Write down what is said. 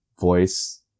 voice